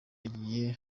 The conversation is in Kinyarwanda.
agiye